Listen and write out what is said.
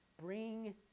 bring